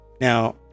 Now